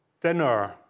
dinner